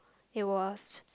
it was